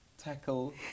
Tackle